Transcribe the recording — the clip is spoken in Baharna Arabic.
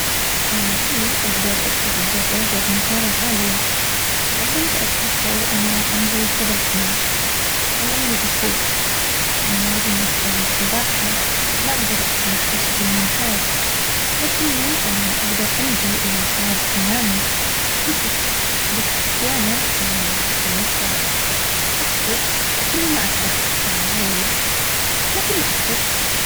اي اقدر اركب الدراجة بمهارة عالية. تعلمت اركبها وانا عمري سبع سنين. علمني اخوي. اما بالنسبة للسباحة ما اقدر اسبح بشكل ممتاز. لكني قدر انجو اذا صار تسونامي بس احيانا في المسبح اطفو لكني ما اسبح يعني وايد لكني اطفو